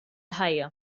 ħajja